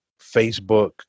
Facebook